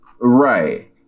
right